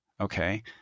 okay